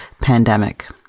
pandemic